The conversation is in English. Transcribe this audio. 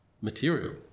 material